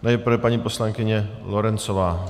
Nejprve paní poslankyně Lorencová.